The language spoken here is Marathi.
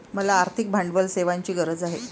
मला आर्थिक भांडवल सेवांची गरज आहे